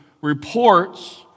reports